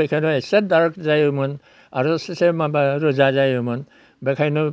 बेखायनो एसे डार्क जायोमोन आरो से रोजा जायोमोन बेखायनो